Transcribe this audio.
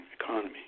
economy